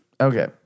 Okay